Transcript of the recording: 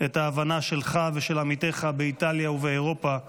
את ההבנה, שלך ושל עמיתיך באיטליה ובאירופה כולה,